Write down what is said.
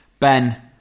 Ben